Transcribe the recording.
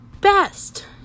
best